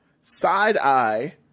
Side-eye